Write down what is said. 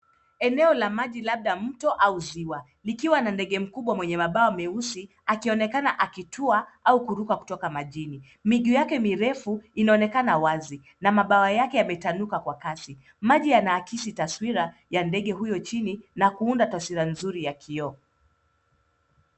Eneo la maji labda mto au ziwa likiwa na ndege mkubwa mwenye mabawa meusi Akionekana kutua au kuruka kutoka majini. Miguu yake mirefu inaonekana wazi na mabawa yake yametanuka kwa kasi. Maji yanaakisi taswira ya ndege huyo chini na kuunda taswira nzuri ya kioo